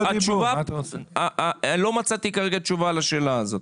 לא מצאתי תשובה לזה.